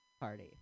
party